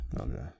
Okay